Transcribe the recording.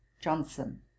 Johnson